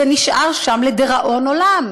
זה נשאר שם לדיראון עולם,